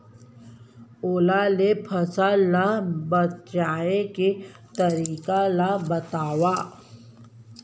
ओला ले फसल ला बचाए के तरीका ला बतावव?